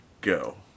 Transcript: go